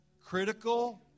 critical